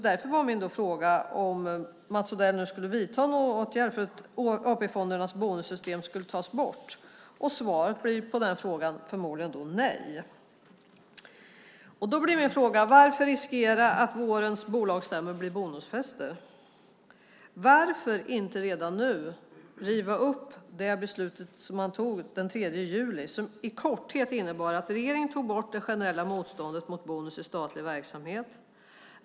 Därför var min fråga om Mats Odell nu skulle vidta några åtgärder för att AP-fondernas bonussystem skulle tas bort. Svaret blir förmodligen nej. Då är min fråga: Varför riskera att vårens bolagsstämmor blir bonusfester? Varför inte redan nu riva upp det beslut man tog den 3 juli som i korthet innebar att regeringen tog bort det generella motståndet mot bonus i statlig verksamhet?